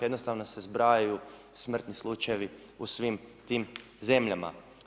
Jednostavno se zbrajaju smrtni slučajevi u svim tim zemljama.